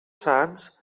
sants